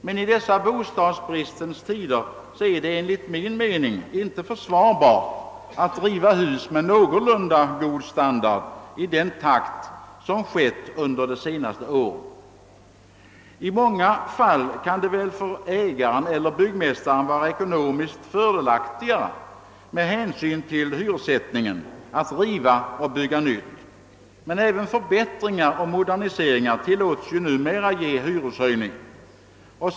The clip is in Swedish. Men i dessa bostadsbristens tider är det enligt min mening inte försvarbart att riva hus med någorlunda god standard i den takt som skett under de senaste åren, I många fall kan det väl för ägaren eller byggmästaren vara ekonomiskt fördelaktigare med hänsyn till hyressättningen att riva och bygga nytt, men även förbättringar och moderniseringar tillåts ju numera föranleda hyreshöjning.